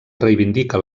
reivindica